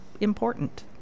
important